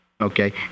Okay